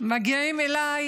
מגיעות אליי